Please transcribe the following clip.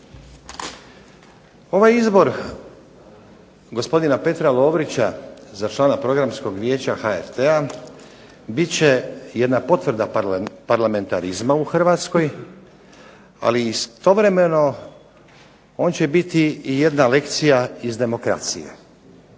Ovaj izbor gospodina Petra Lovrića za člana Programskog vijeća HRT-a biti će jedna potvrda parlamentarizma u Republici Hrvatskoj ali istovremeno on će biti jedna lekcija iz demokracije.